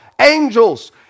angels